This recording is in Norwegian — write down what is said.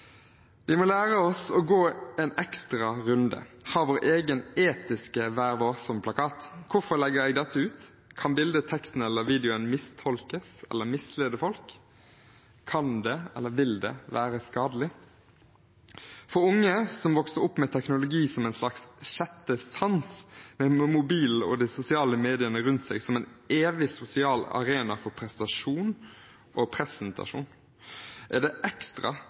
Vi må lære oss å gå en ekstra runde, ha vår egen etiske vær-varsom-plakat. Hvorfor legger jeg dette ut? Kan bildeteksten eller videoen mistolkes eller mislede folk? Kan det eller vil det være skadelig? For unge som er vokst opp med teknologi som en slags sjette sans, med mobil og de sosiale mediene rundt seg som en evig sosial arena for prestasjon og presentasjon, er det ekstra